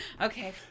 Okay